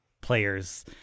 players